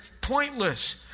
pointless